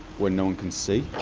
when no one can see?